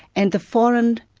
and the foreign,